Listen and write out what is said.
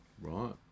right